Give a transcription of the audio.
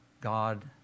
God